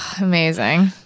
Amazing